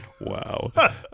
Wow